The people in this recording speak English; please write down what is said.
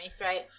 right